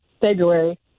February